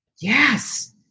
Yes